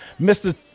Mr